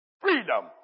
Freedom